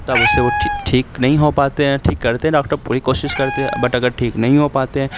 تب اس سے وہ ٹھیک نہیں ہو پاتے ہیں ٹھیک کرتے ہیں ڈاکٹر پوری کوشش کرتے ہیں بٹ اگر ٹھیک نہیں ہو پاتے ہیں